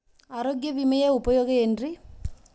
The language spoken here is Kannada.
ಆರೋಗ್ಯ ವಿಮೆಯ ಉಪಯೋಗ ಏನ್ರೀ?